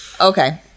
Okay